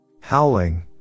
Howling